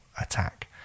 attack